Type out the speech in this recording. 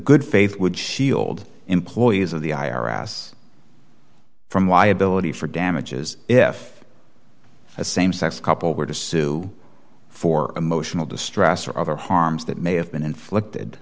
good faith would shield employees of the i r s from liability for damages if a same sex couple were to sue for emotional distress or other harms that may have been inflicted